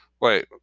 wait